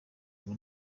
ngo